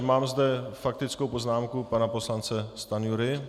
Mám zde faktickou poznámku pana poslance Stanjury.